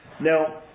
Now